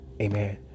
amen